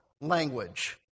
language